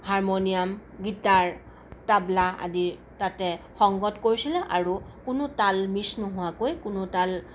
তাল harmonium guitar tabla আদি তাতে সংগত কৰিছিলে আৰু কোনো তাল মিছ নোহোৱাকৈ কোনো তাল